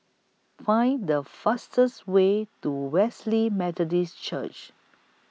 Find The fastest Way to Wesley Methodist Church